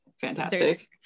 fantastic